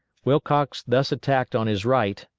wilcox thus attacked on his right,